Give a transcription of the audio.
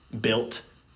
built